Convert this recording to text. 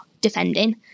defending